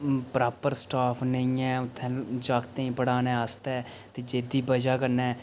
proper staff नेईं ऐ उत्थै जागतें गी पढ़ाने ते आस्तै जेह्दी बजह कन्नै